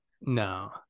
No